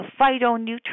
phytonutrients